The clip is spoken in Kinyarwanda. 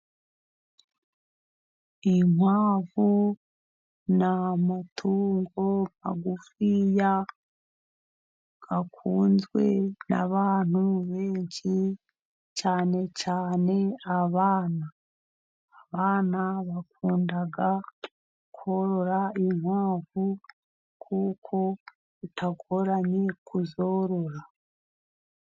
Inkwavu ni amatungo magufiya, akunzwe n'abantu benshi, cyane cyane abana. Abana bakunda korora inkwavu, kuko bitagoranye kuzorora.